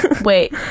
wait